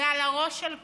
זה על הראש של כולנו.